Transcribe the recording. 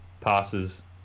passes